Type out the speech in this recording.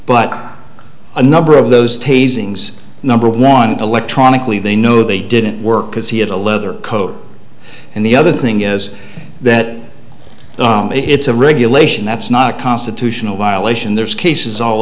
but a number of those tasing number one electronically they know they didn't work because he had a leather coat and the other thing is that it's a regulation that's not constitutional violation there's cases all